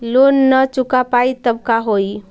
Loan न चुका पाई तब का होई?